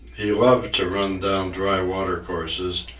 he loved to run down dry watercourses,